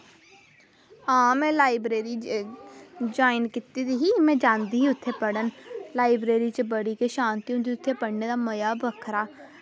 आं में library join कीती दी ही ते में उत्थें जांदी ही पढ़न लाईब्रेरी च बड़ी गै शांति होंदी उत्थें पढ़ने दा मज़ा बक्खरा